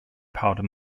powder